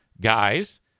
Guys